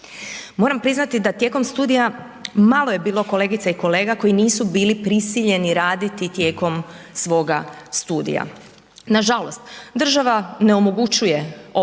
Moram priznati da tijekom studija malo je bilo kolegica i kolega koji nisu bili prisiljeni raditi tijekom svoga studija. Nažalost, država ne omogućuje besplatno